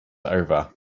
over